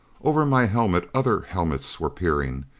over my helmet, other helmets were peering,